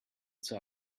zur